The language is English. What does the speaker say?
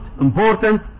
important